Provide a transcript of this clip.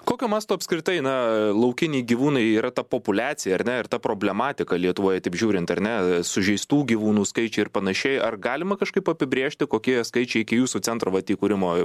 kokio masto apskritai na laukiniai gyvūnai yra ta populiacija ar ne ir ta problematika lietuvoje taip žiūrint ar ne sužeistų gyvūnų skaičiai ir panašiai ar galima kažkaip apibrėžti kokie skaičiai iki jūsų centro vat įkurimo